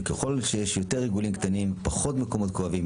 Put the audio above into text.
וככל שיש יותר עיגולים קטנים, פחות מקומות כואבים.